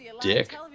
dick